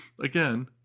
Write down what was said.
Again